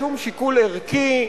שום שיקול ערכי,